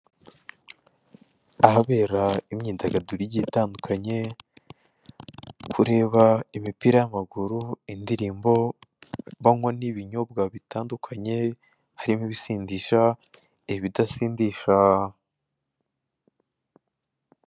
Ahabera imyidagaduro igiye itandukanye kureba imipira y'amaguru, indirimbo banywa n'ibinyobwa bitandukanye harimo ibisindisha, ibidasindisha.